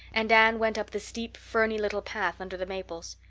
and anne went up the steep, ferny little path under the maples.